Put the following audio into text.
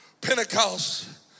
Pentecost